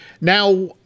Now